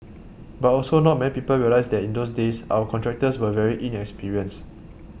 but also not many people realise that in those days our contractors were very inexperienced